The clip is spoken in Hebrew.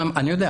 אני יודע.